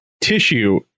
tissue